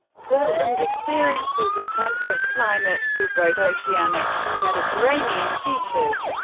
portland experiences a temperate climate with both oceanic and mediterranean features.